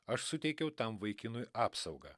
aš suteikiau tam vaikinui apsaugą